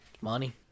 Money